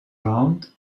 round